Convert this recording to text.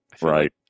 Right